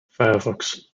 firefox